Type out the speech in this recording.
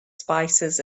spices